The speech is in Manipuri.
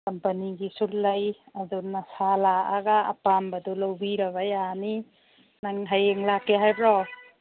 ꯀꯝꯄꯅꯤꯒꯤꯁꯨ ꯂꯩ ꯑꯗꯣ ꯅꯁꯥ ꯂꯥꯛꯑꯒ ꯑꯄꯥꯝꯕꯗꯨ ꯂꯧꯕꯤꯔꯕ ꯌꯥꯅꯤ ꯅꯪꯍꯌꯦꯡ ꯂꯥꯛꯀꯦ ꯍꯥꯏꯕ꯭꯭ꯔꯣ